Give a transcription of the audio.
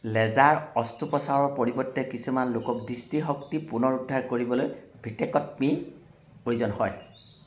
laser অস্ত্ৰোপচাৰৰ পৰিৱৰ্তে কিছুমান লোকক দৃষ্টিশক্তি পুনৰুদ্ধাৰ কৰিবলৈ ভিটেকটমীৰ প্ৰয়োজন হয়